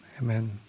Amen